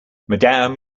madame